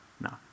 No